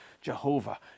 Jehovah